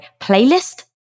playlist